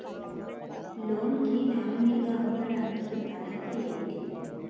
Loan కి nominee గా ఉండటానికి అర్హత ఏమిటి?